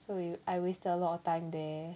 so you I wasted a lot of time there